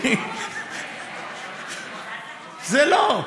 זה לא,